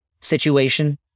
situation